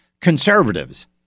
conservatives